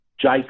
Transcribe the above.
Jake